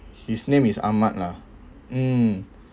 his name is ahmad lah mm